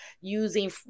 using